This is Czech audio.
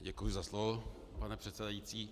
Děkuji za slovo, pane předsedající.